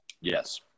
Yes